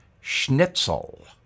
schnitzel